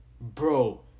Bro